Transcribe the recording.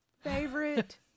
Favorite